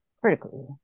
critically